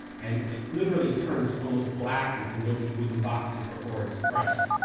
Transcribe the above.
and it literally turns almost black in hinoki wooden boxes before it's pressed.